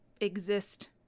exist